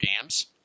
games